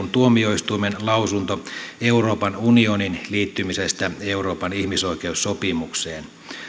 tuomioistuimen lausunto euroopan unionin liittymisestä euroopan ihmisoikeussopimukseen